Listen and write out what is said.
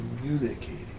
communicating